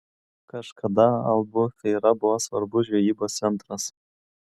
kažkada albufeira buvo svarbus žvejybos centras